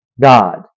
God